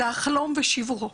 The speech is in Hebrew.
זה החלום בשיבורו.